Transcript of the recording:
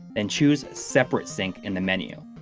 and choose separate sync in the menu.